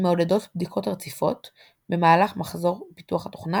מעודדות בדיקות רציפות במהלך מחזור פיתוח התוכנה,